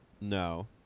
No